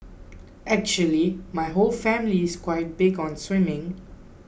actually my whole family is quite big on swimming